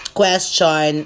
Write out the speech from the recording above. question